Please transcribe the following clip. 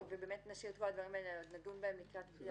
ובאמת נשאיר את כל הדברים האלה ונדון בהם לקראת הקריאה השנייה והשלישית.